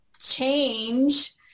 change –